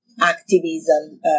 activism